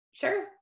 Sure